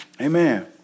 Amen